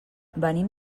venim